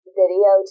video